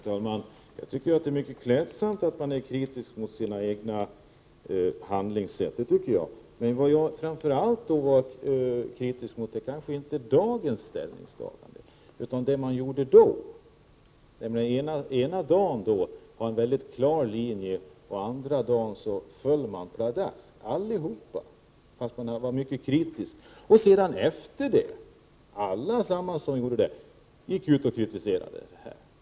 Herr talman! Jag tycker att det är mycket klädsamt att vara kritisk mot sina egna handlingssätt. Men det som jag var kritisk mot var inte framför allt dagens ställningstagande utan det som man gjorde sig skyldig till tidigare. Ena dagen hade man en mycket klar linje och andra dagen föll alla pladask, fast man var mycket kritisk. Efteråt gick alla ut och kritiserade.